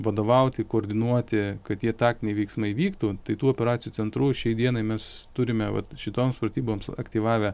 vadovauti koordinuoti kad tie taktiniai veiksmai vyktų tai tų operacijų centrų šiai dienai mes turime vat šitoms pratyboms aktyvavę